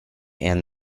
and